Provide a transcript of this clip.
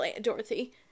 Dorothy